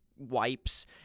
wipes